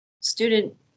student